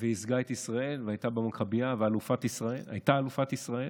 ייצגה את ישראל, הייתה במכביה והייתה אלופת ישראל.